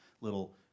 little